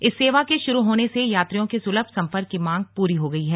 इस सेवा के शुरू होने से यात्रियों की सुलभ सम्पर्क की मांग पूरी हो गई है